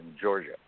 Georgia